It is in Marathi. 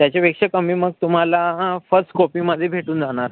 त्याच्यापेक्षा कमी मग तुम्हाला हां फर्स्ट कॉपीमध्ये भेटून जाणार